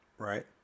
Right